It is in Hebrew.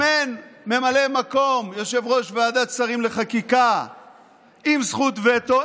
אם אין ממלא מקום יושב-ראש ועדת שרים לחקיקה עם זכות וטו,